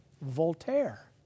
Voltaire